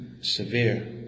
severe